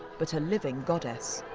but a living goddess.